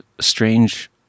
strange